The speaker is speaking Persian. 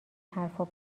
حرفا